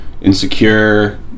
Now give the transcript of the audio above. insecure